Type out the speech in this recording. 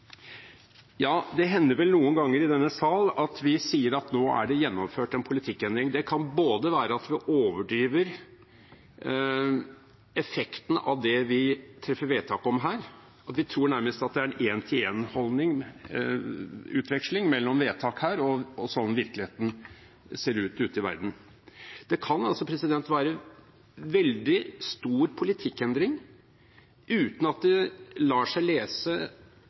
Ja, det hender vel noen ganger i denne sal at vi sier at nå er det gjennomført en politikkendring. Det kan både være at vi overdriver effekten av det vi treffer vedtak om her; vi tror nærmest at det er en en-til-en-utveksling mellom vedtak her og slik virkeligheten ser ut, ute i verden. Det kan altså være en veldig stor politikkendring uten at det lar seg lese